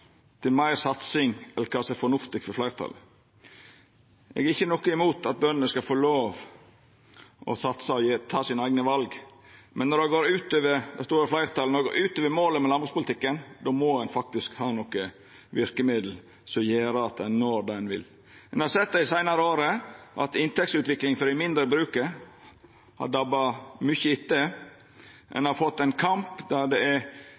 til ein landbrukspolitikk som stimulerer til meir satsing enn kva som er fornuftig for fleirtalet. Eg har ikkje noko mot at bøndene skal få lov til å satsa og ta sine eigne val, men når det går ut over det store fleirtalet og målet med landbrukspolitikken, må ein faktisk ha nokre verkemiddel som gjer at ein når det ein vil. Dei seinare åra har ein sett at inntektsutviklinga for dei mindre bruka har dabba mykje av. Men i dei mest attraktive områda er det kamp